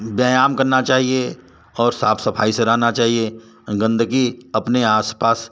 व्यायाम करना चाहिए और साफ़ सफ़ाई से रहना चाहिए गंदगी अपने आस पास